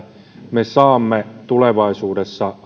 me saamme tulevaisuudessa